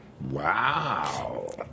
Wow